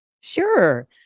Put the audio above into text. Sure